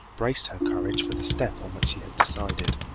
braced her courage for the step on which she had decided.